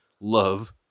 Love